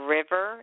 River